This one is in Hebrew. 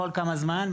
כל כמה זמן,